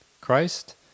Christ